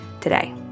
today